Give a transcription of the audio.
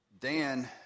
Dan